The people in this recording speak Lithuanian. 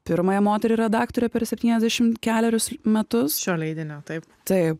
pirmąją moterį redaktorę per septyniasdešim kelerius metus šio leidinio taip taip